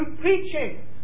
preaching